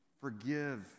forgive